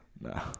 No